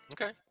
Okay